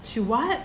she what